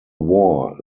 war